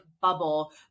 bubble